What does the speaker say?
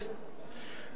ברשות יושב-ראש הישיבה,